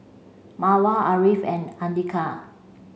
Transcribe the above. Mawar Ariff and Andika